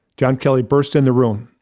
john kelly burst in the room.